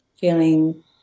feeling